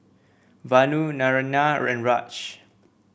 Vanu Naraina and Raj